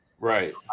Right